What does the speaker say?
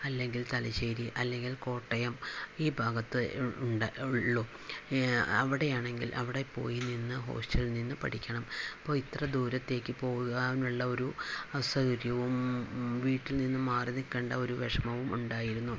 അല്ലെങ്കിൽ തലശ്ശേരി അല്ലെങ്കിൽ കോട്ടയം ഈ ഭാഗത്ത് ഉണ്ട് ഉള്ളൂ അവിടെയാണെങ്കിൽ അവിടെ പോയി നിന്ന് ഹോസ്റ്റലിൽ നിന്ന് പഠിക്കണം അപ്പോൾ ഇത്ര ദൂരത്തേക്ക് പോകാനുള്ള ഒരു അസൗകര്യവും വീട്ടിൽ നിന്ന് മാറി നിൽക്കേണ്ട ഒരു വിഷമവും ഉണ്ടായിരുന്നു